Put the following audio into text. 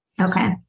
okay